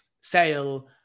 sale